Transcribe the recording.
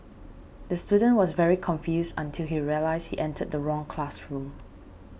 the student was very confused until he realised entered the wrong classroom